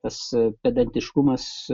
tas pedantiškumas